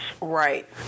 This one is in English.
right